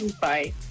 bye